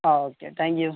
ആ okay thank you